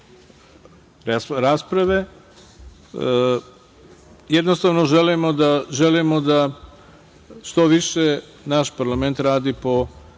rasprave. Jednostavno želimo da što više naš parlament radi po